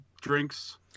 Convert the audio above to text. drinks